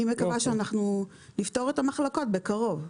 אני מקווה שנפתור את המחלוקות בקרוב.